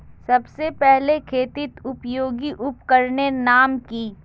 सबसे पहले खेतीत उपयोगी उपकरनेर नाम की?